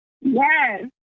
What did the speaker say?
Yes